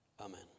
Amen